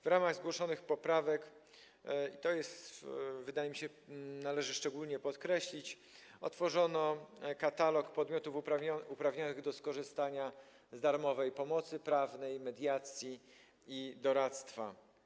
W ramach zgłoszonych poprawek - to, wydaje mi się, należy szczególnie podkreślić - otworzono katalog podmiotów uprawnionych do skorzystania z darmowej pomocy prawnej, mediacji i darmowego doradztwa.